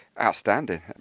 Outstanding